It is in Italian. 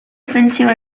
offensiva